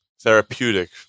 therapeutic